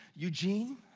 eugene,